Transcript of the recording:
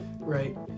right